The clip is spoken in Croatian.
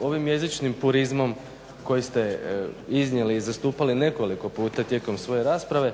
ovim jezičnim turizmom koji ste iznijeli i zastupali nekoliko puta tijekom svoje rasprave.